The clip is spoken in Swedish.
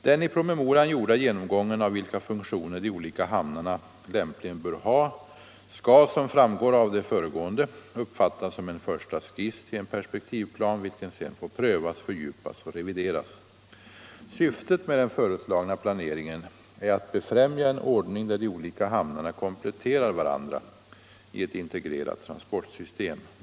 Den i promemorian gjorda genomgången av vilka funktioner de olika hamnarna lämpligen bör ha skall — som framgår av det föregående — uppfattas som en första skiss till en perspektivplan, vilken sedan får prövas, fördjupas och revideras. Syftet med den föreslagna planeringen är att befrämja en ordning, där de olika hamnarna kompletterar varandra i ett integrerat transportsystem.